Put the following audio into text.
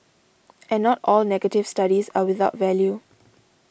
and not all negative studies are without value